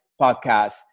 podcast